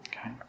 Okay